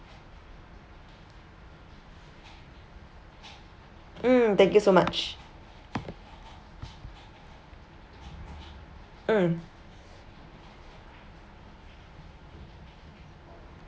mm thank you so much